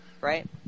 right